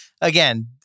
again